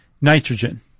nitrogen